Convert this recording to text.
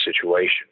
situation